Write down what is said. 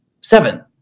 seven